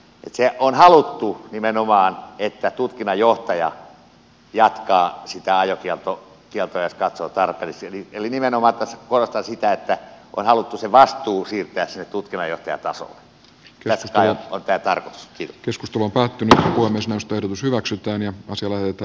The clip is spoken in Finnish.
se on haluttu nimenomaan että tutkinnanjohtaja jatkaa ja ajokielto kieltä ja katsotaan ajokieltoa jos katsoo tarpeelliseksi silloin kun on kyse törkeästä liikenneturvallisuuden vaarantamisesta ja rattijuopumuksesta kun on kyse huumaantuneena ajamisesta